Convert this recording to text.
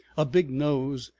a big nose,